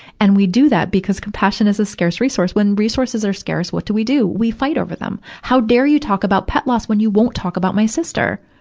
and we do that because compassion is a scarce resource. when resources are scare, what do we do? we fight over them. how dare you talk about pet loss when you won't talk about my sister?